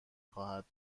خواهد